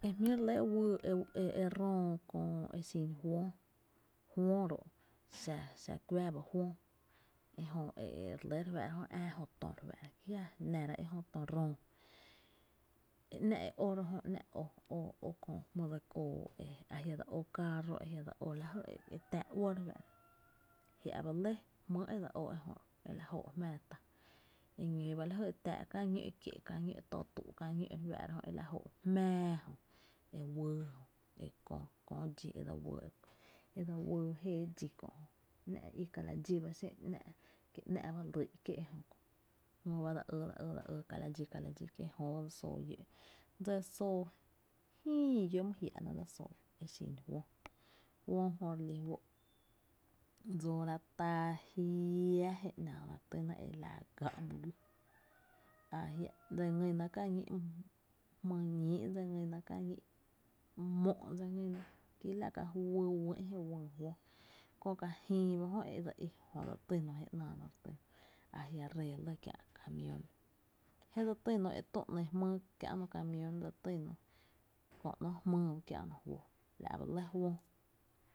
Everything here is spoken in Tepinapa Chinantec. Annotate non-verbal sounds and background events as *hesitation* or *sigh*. *noise* E jmíi’ re lɇ e wii e *hesitation* e röö köö e xin föóö, föóö ro’ xa *hesitation* xa kuⱥⱥ ba föóö ejö re lɇ re fáá’ra jö e ää jö tö re fáá’ra ki nⱥra e jö tö röö e ‘nⱥ’ e ó ró’ ‘nⱥ’ e ó jmy dse koo e jia’ dse ó caarro jö a la ree lɇ kiä’ e dse ó e tⱥⱥ’ uɇ´, jia’ ba lɇ jmýy’ e dse ó e la jóó’ jmⱥⱥ tá e ñóo ba la jy e tⱥⱥ’ kää ñó’ kié’, kä tó tú’ kä ñó’ re fáá’ra jö nɇ e la jóo’ jmáá jö e wyy jö e la jó’ kö dxí, e la jó´’ e dse wyy jéeé dxí kö’ e ‘nⱥ’ re í kala dxí ba xé’n ki ‘nⱥ’ lyy’ kié’ jö, jö ba dse yy dse ýy ka la dxí ki jöba dse soo llöö’, dse soo jyy llöo’ my my jia’ dse soo e xin föö, föö jö re lí fó’ dsoora ta jiaa je ‘naa ná re týna la gáá’ my güii ta jiáá’, dse ngýna kä ñí’ jmy ñíí’ Nɇ dse ngýna kää ñí’ mó’, dse ngyna ki la ka juy uÿ’ je uyy föó kö ka jÿÿ ba jó e dse í jö dse tyno je ‘náá no a jia’ ree kiä’ kamiüü, je dse týno tü, ‘ny jmýy kiä’no kamíüü dse týno kö ‘nó jmýy ba kiä’no föó, la’ ba lɇ fóö. *noise*